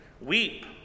weep